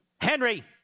Henry